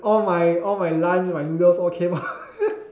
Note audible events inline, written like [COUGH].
all my all my lunch my noodles all came out [LAUGHS]